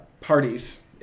Parties